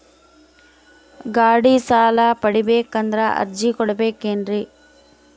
ಗಾಡಿ ಸಾಲ ಪಡಿಬೇಕಂದರ ಅರ್ಜಿ ಕೊಡಬೇಕೆನ್ರಿ?